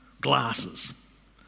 glasses